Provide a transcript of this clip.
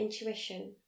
intuition